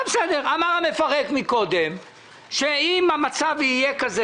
אמר המפרק קודם שאם המצב יהיה כזה